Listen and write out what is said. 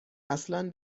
اصلن